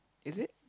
is it